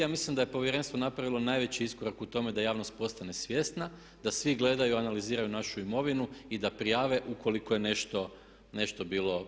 Ja mislim da je povjerenstvo napravilo najveći iskorak u tome da javnost postane svjesna, da svi gledaju i analiziraju našu imovinu i da prijave ukoliko je nešto bilo problematično.